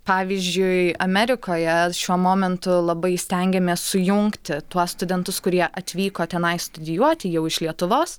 pavyzdžiui amerikoje šiuo momentu labai stengiamės sujungti tuos studentus kurie atvyko tenai studijuoti jau iš lietuvos